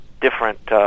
different